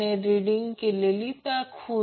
6 lagging आहे आणि दुसऱ्या लोडसाठी देखील 0